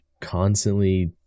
constantly